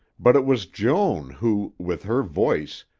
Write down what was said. but it was joan who, with her voice,